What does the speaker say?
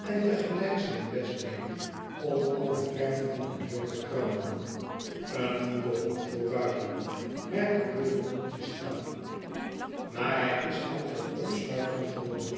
en te gelijk zijn best deed om al de verf van de deur te krabben een goede hond voorbuiten merkte budden koeltjes aan maar hij is aan geen opsluiten gewoon